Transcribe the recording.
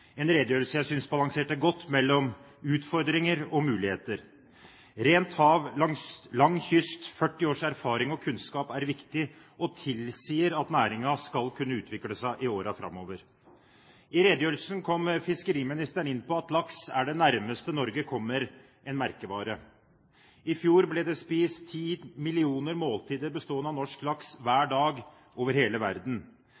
en redegjørelse jeg synes balanserte godt mellom utfordringer og muligheter. Rent hav, lang kyst, 40 års erfaring og kunnskap er viktig, og tilsier at næringen skal kunne utvikle seg i årene framover. I redegjørelsen kom fiskeriministeren inn på at laks er det nærmeste Norge kommer en merkevare. I fjor ble det spist 10 millioner måltider bestående av norsk